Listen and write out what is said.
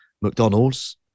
McDonald's